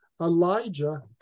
Elijah